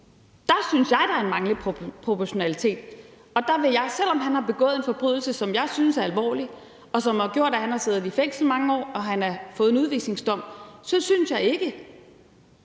synes jeg der er en manglende proportionalitet i. Og selv om han har begået en forbrydelse, som jeg synes er alvorlig, og som har gjort, at han har siddet i fængsel i mange år og har fået en udvisningsdom, så synes jeg af